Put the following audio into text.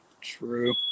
True